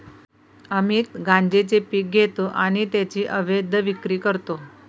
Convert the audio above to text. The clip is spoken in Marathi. अमित गांजेचे पीक घेतो आणि त्याची अवैध विक्री करतो